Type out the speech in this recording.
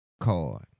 card